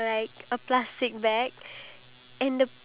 about five to seven K